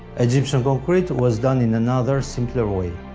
egyptian concrete was done in another, simpler way.